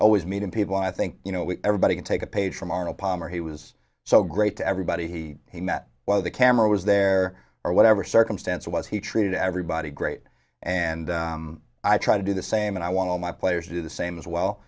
always meeting people i think you know everybody can take a page from arnold palmer he was so great to everybody he met while the camera was there or whatever circumstance was he treated everybody great and i try to do the same and i want to my players do the same as well